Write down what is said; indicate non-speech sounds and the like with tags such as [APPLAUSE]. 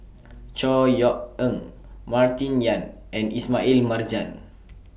[NOISE] Chor Yeok Eng Martin Yan and Ismail Marjan